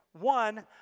One